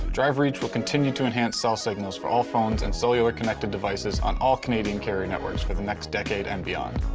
drive reach will continue to enhance cell signals for all phones and cellular connected devices on all canadian carrier networks for the next decade and beyond.